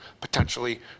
potentially